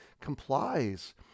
complies